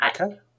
Okay